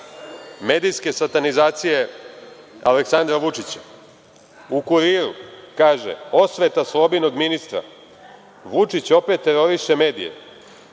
medijske satanizacije Aleksandra Vučića. U „Kuriru“ kaže: „Osveta Slobinog ministra“, „Vučić opet teroriše medije“,